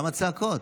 למה בצעקות?